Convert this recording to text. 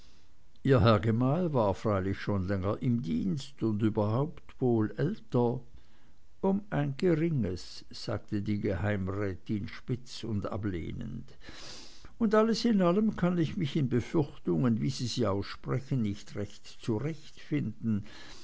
ihr herr gemahl war freilich schon länger im dienst und überhaupt wohl älter um ein geringes sagte die geheimrätin spitz und ablehnend und alles in allem kann ich mich in befürchtungen wie sie sie aussprechen nicht recht zurechtfinden